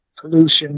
pollution